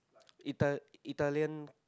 Ital~ Italian